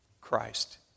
Christ